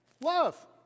Love